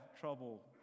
trouble